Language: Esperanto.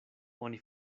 oni